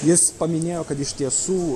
jis paminėjo kad iš tiesų